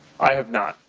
i have not.